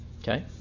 Okay